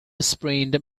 sprained